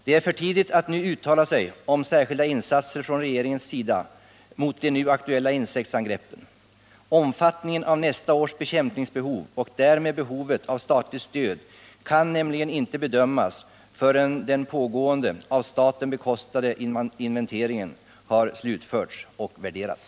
Det är för tidigt att nu uttala sig om särskilda insatser från regeringens sida mot de nu aktuella insektsangreppen. Omfattningen av nästa års bekämpningsbehov och därmed behovet av statligt stöd kan nämligen inte bedömas förrän den pågående, av staten bekostade inventeringen har slutförts och värderats.